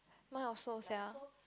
my also sia